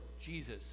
Jesus